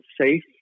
safe